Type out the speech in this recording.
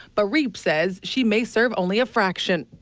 but reed says she may serve only a fraction.